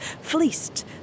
fleeced